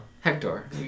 Hector